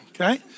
okay